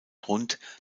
rund